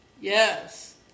Yes